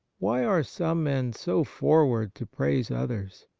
why are some men so forward to praise others?